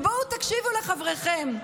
בואו תקשיבו לחבריכם: